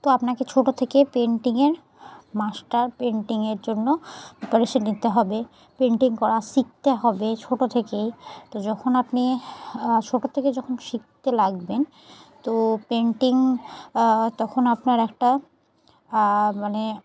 তো আপনাকে ছোট থেকে পেইন্টিংয়ের মাস্টার পেইন্টিংয়ের জন্য প্রিপারেশন নিতে হবে পেইন্টিং করা শিখতে হবে ছোট থেকেই তো যখন আপনি ছোট থেকেই তো যখন আপনি শিখতে ছোটর থেকে যখন শিখতে লাগবেন তো পেইন্টিং তখন আপনার একটা মানে